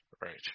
right